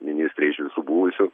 ministrė iš visų buvusių